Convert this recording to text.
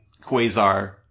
Quasar